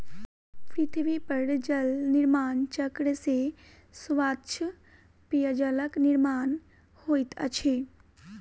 पृथ्वी पर जल निर्माण चक्र से स्वच्छ पेयजलक निर्माण होइत अछि